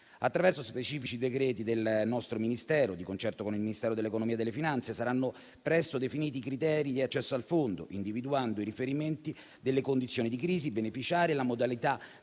Attraverso specifici decreti del nostro Ministero, di concerto con il Ministero dell'economia e delle finanze, saranno presto definiti i criteri di accesso al fondo, individuando i riferimenti delle condizioni di crisi, i beneficiari e la modalità